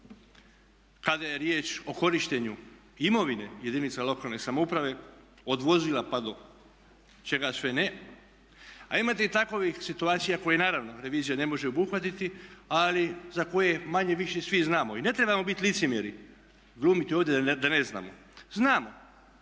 kada je riječ o korištenju imovine jedinica lokalne samouprave, od vozila pa do čega sve ne. A imate i takovih situacija koje naravno revizija ne može obuhvatiti, ali za koje manje-više svi znamo i ne trebamo bit licemjeri, glumiti ovdje da ne znamo, znamo